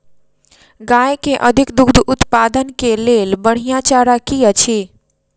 गाय केँ अधिक दुग्ध उत्पादन केँ लेल बढ़िया चारा की अछि?